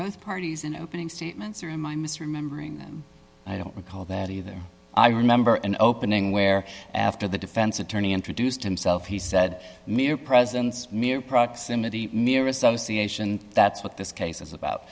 both parties in opening statements or in my misremembering i don't recall that either i remember an opening where after the defense attorney introduced himself he said mere presence mere proximity mere association that's what this case is about